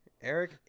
Eric